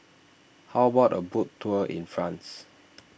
how about a boat tour in France